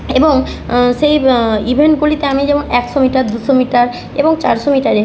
এবং সেই ইভেন্টগুলিতে আমি যেমন একশো মিটার দুশো মিটার এবং চারশো মিটারে